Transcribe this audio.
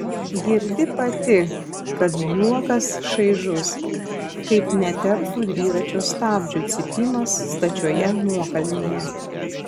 girdi pati kad juokas šaižus kaip neteptų dviračio stabdžių cypimas stačioje nuokalnėje